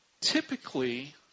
typically